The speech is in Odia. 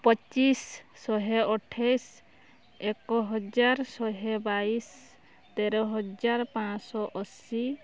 ପଚିଶ ଶହେ ଅଠେଇଶ ଏକହଜାର ଶହେ ବାଇଶ ତେର ହଜାର ପାଞ୍ଚଶହ ଅଶୀ